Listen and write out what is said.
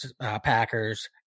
Packers